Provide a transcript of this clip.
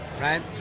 right